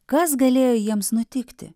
kas galėjo jiems nutikti